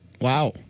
Wow